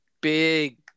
big